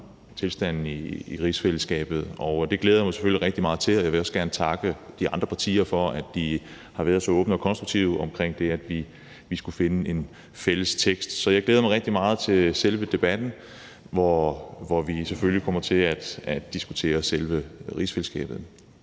tilstanden i rigsfællesskabet. Det glæder jeg mig selvfølgelig rigtig meget til. Jeg vil også gerne takke de andre partier for, at de har været så åbne og konstruktive om, at vi skulle finde en fælles vedtagelsestekst. Så jeg glæder mig rigtig meget til debatten, hvor vi selvfølgelig kommer til at diskutere selve rigsfællesskabet.